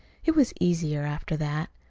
it was easier after that.